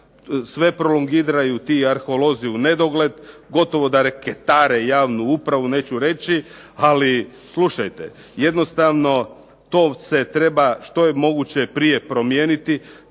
Sve prolongiraju ti arheolozi u nedogled, gotovo da reketare javnu upravu, neću reći, ali slušajte jednostavno to se treba što je moguće prije promijeniti